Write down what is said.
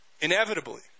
inevitably